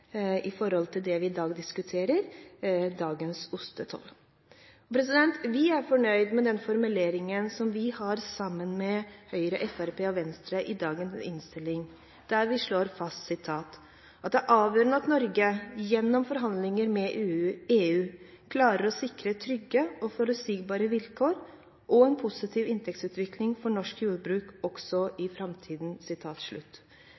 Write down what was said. det som vi diskuterer i dag: dagens ostetoll. Vi er fornøyd med formuleringen som vi har sammen med Høyre, Fremskrittspartiet og Venstre i dagens innstilling, der vi slår fast at det er «avgjørende at Norge, gjennom forhandlinger med EU, klarer å sikre trygge og forutsigbare vilkår og en positiv inntektsutvikling for norsk jordbruk også i